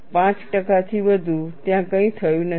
5 ટકાથી વધુ ત્યાં કંઈ થયું નથી